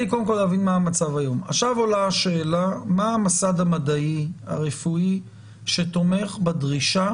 עכשיו עולה השאלה מה המסד המדעי הרפואי שתומך בדרישה